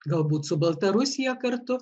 galbūt su baltarusija kartu